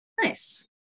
Nice